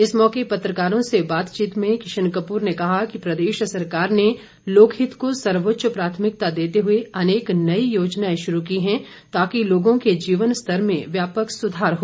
इस मौके पत्रकारों से बातचीत में किशन कपूर ने कहा कि प्रदेश सरकार ने लोकहित को सर्वोच्च प्राथमिकता देते हुए अनेक नई योजनाएं शुरू की हैं ताकि लोगों के जीवन स्तर में व्यापक सुधार हो